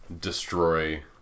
destroy